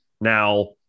Now